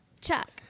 Chuck